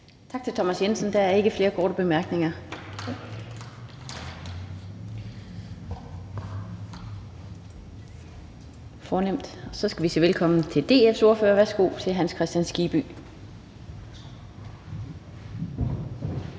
Tak til hr. Thomas Jensen. Der er ikke flere korte bemærkninger. Så skal vi sige velkommen til DF's ordfører. Værsgo til hr. Hans Kristian Skibby.